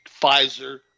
Pfizer